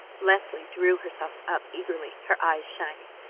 leslie drew herself up eagerly, her eyes shining.